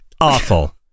Awful